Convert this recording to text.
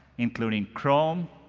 including chrome,